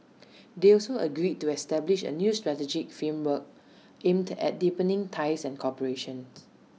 they also agreed to establish A new strategic framework aimed at deepening ties and cooperation